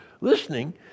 listening